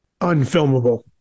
unfilmable